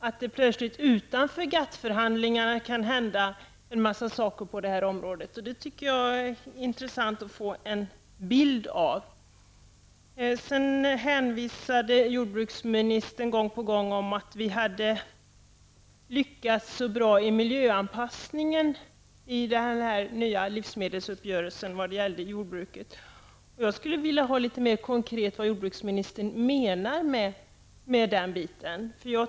Det kan plötsligt utanför GATT förhandlingarna hända en mängd saker på det här området. Jag tycker att det är intressant att få en bild av detta. Vidare hänvisade jordbruksministern gång på gång till att vi i den nya livsmedelsuppgörelsen hade lyckats så bra med miljöanpassningen vad gällde jordbruket. Jag skulle vilja ha litet mera konkret uppgift om vad jordbruksministern menar i det avseendet.